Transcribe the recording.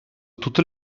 tutte